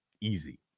easy